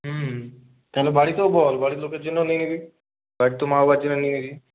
হুম তাহলে বাড়িতেও বল বাড়ির লোকের জন্য নিয়ে নিবি একটু মা বাবার জন্য নিয়ে নিবি